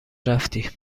رفتی